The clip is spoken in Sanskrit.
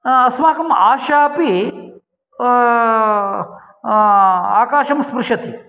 अस्माकं आशा अपि आकाशं स्पृशति